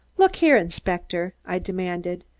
look here, inspector! i demanded,